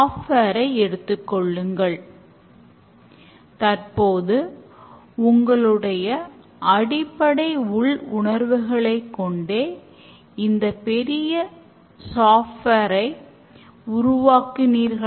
ஓவ்வொரு அரைமணி நேரத்திலும் தங்களுக்கான வேலையை மாற்றிக் கொள்வார்கள்